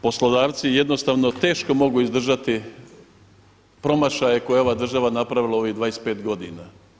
Poslodavci jednostavno teško mogu izdržati promašaje koje je ova država napravila u ovih 25 godina.